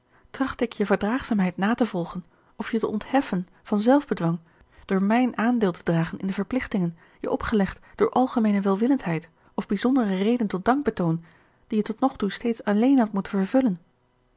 trachtte ik je verdraagzaamheid na te volgen of je te ontheffen van zelfbedwang door mijn aandeel te dragen in de verplichtingen je opgelegd door algemeene welwillendheid of bijzondere reden tot dankbetoon die je tot nog toe steeds alleen hadt moeten vervullen